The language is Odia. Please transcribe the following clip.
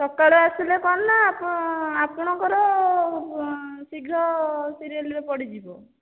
ସକାଳୁ ଆସିଲେ କଣ ନା ଆପଣଙ୍କର ଶୀଘ୍ର ସିରିଏଲ୍ରେ ପଡ଼ିଯିବ